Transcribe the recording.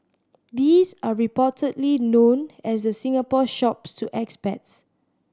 these are reportedly known as the Singapore Shops to expats